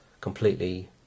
completely